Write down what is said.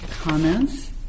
comments